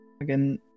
Again